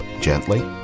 gently